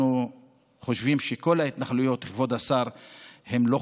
אנחנו חושבים שכל ההתנחלויות לא חוקיות